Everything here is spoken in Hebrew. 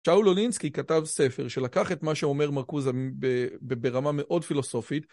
שאולו לינסקי כתב ספר שלקח את מה שאומר מרקוזה ברמה מאוד פילוסופית.